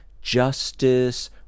justice